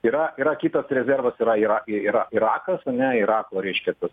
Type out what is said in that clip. yra yra kitas rezervas yra yra yra irakas ane irako reiškia tas